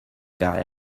guy